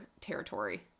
territory